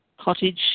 cottage